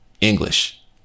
English